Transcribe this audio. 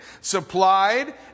supplied